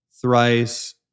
thrice